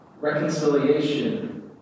reconciliation